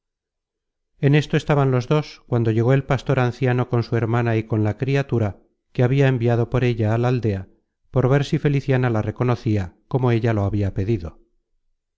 en esto estaban los dos cuando llegó el pastor anciano con su hermana y con la criatura que habia enviado por ella á la aldea por ver si feliciana la reconocia como ella lo habia pedido